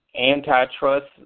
antitrust